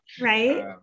Right